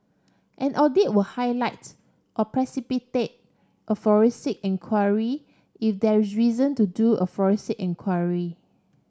an audit will highlight or precipitate a forensic enquiry if there reason to do a forensic enquiry